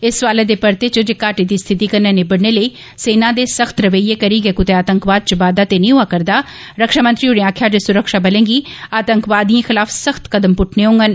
इस सवालै दे परते च जे घाटी दी स्थिति कन्नै निबड़ने लेई सेना दे सख्त रवैये करी गै कृतै आतंकवाद च बाद्वा ते नीं होआ करदा रक्षामंत्री होरें आक्खेआ जे सुरक्षाबलें गी आतंकवादिएं खिलाफ सख्त कदम पुट्टने होडन